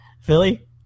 Philly